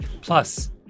Plus